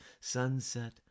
sunset